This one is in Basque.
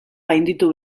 gainditu